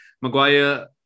Maguire